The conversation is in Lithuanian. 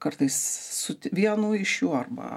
kartais su vienu iš jų arba